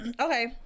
Okay